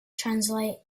translates